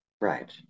Right